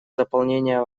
заполнения